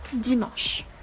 Dimanche